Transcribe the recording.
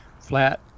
flat